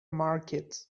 market